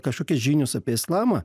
kažkokios žinios apie islamą